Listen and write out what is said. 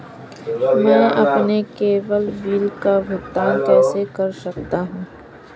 मैं अपने केवल बिल का भुगतान कैसे कर सकता हूँ?